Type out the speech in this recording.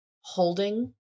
holding